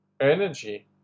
energy